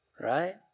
right